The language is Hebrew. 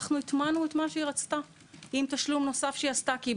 אנחנו הטמנו את מה שהיא רצתה עם תשלום נוסף כי בסוף,